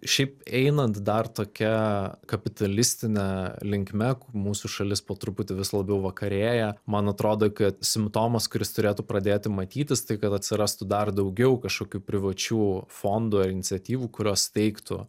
šiaip einant dar tokia kapitalistine linkme mūsų šalis po truputį vis labiau vakarėja man atrodo kad simptomas kuris turėtų pradėti matytis tai kad atsirastų dar daugiau kažkokių privačių fondų ar iniciatyvų kurios teiktų